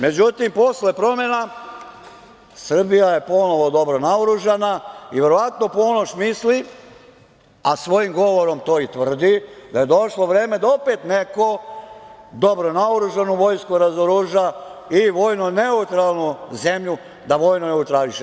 Međutim, posle promena, Srbija je ponovo dobro naoružana i verovatno Ponoš misli, a svojim govorom to i tvrdi, da je došlo vreme da opet neko dobro naoružanu vojsku razoruža i vojno neutralnu zemlju da vojno neutrališe.